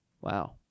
Wow